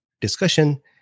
discussion